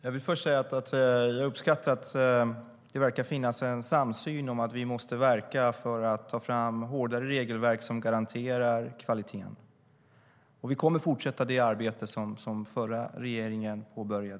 Herr talman! Jag vill först säga att jag uppskattar att det verkar finnas en samsyn om att vi måste verka för att ta fram hårdare regelverk som garanterar kvaliteten. Vi kommer att fortsätta det arbete som den förra regeringen påbörjade.